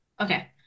okay